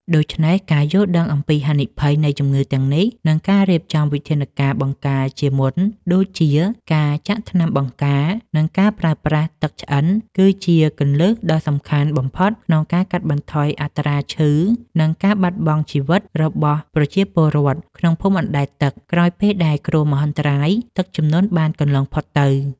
ដូច្នេះ ការយល់ដឹងអំពីហានិភ័យនៃជំងឺទាំងនេះ និងការរៀបចំវិធានការបង្ការជាមុនដូចជា ការចាក់ថ្នាំបង្ការ និងការប្រើប្រាស់ទឹកឆ្អិន គឺជាគន្លឹះដ៏សំខាន់បំផុតក្នុងការកាត់បន្ថយអត្រាឈឺ និងការបាត់បង់ជីវិតរបស់ប្រជាពលរដ្ឋក្នុងភូមិអណ្តែតទឹក ក្រោយពេលដែលគ្រោះមហន្តរាយទឹកជំនន់បានកន្លងផុតទៅ។